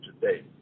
today